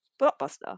Blockbuster